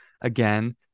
again